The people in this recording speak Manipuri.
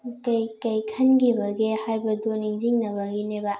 ꯀꯩꯀꯩ ꯈꯟꯈꯤꯕꯒꯦ ꯍꯥꯏꯕꯗꯨ ꯅꯤꯡꯁꯤꯡꯅꯕꯒꯤꯅꯦꯕ